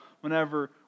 whenever